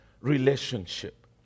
relationship